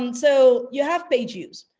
um so you have page views.